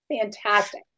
fantastic